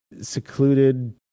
secluded